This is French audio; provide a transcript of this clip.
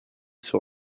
sur